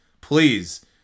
please